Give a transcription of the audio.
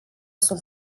sunt